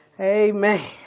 Amen